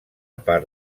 part